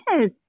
yes